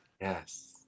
yes